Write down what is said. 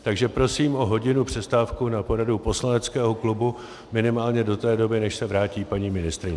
Takže prosím o hodinovou přestávku na poradu poslaneckého klubu, minimálně do té doby, než se vrátí paní ministryně.